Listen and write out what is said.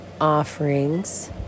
offerings